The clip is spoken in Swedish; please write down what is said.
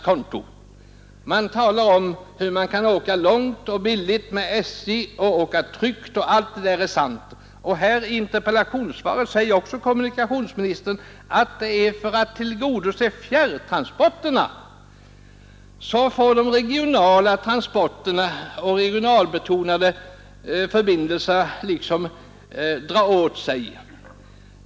Det talas om hur man åker billigt och långt med SJ, hur man åker tryggt osv., och allt detta är sant. I interpellationssvaret säger kommunikationsministern också att det är för att SJ skall kunna tillgodose fjärrtransporterna som de regionala förbindelserna får maka åt sig.